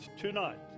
tonight